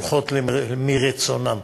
הולכות מרצונן.